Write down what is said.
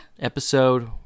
Episode